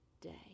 day